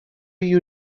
you